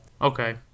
Okay